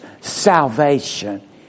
salvation